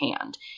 hand